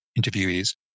interviewees